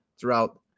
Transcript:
throughout